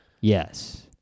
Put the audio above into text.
Yes